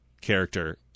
character